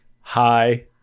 Hi